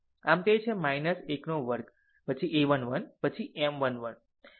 આમ તે છે 1 વર્ગ પછી a 1 1 પછી M 1 1